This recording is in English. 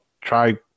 try